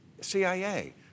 CIA